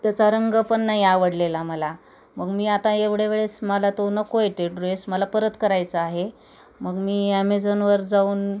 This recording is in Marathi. त्याचा रंग पण नाही आवडलेला मला मग मी आता एवढे वेळेस मला तो नको आहे ते ड्रेस मला परत करायचा आहे मग मी ॲमेझॉनवर जाऊन